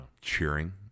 cheering